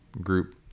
group